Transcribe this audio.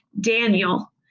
Daniel